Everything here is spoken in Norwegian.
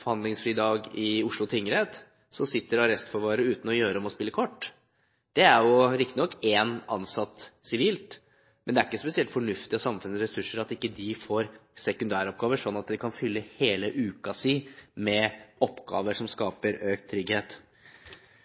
forhandlingsfri dag i Oslo tingrett, arrestforvarere sitte uten å gjøre annet enn å spille kort. Det er riktignok én ansatt sivilt, men det er ikke spesielt fornuftig bruk av samfunnets ressurser at de ikke får sekundæroppgaver slik at de kan fylle hele uken med oppgaver som skaper økt trygghet.